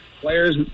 Players